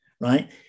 right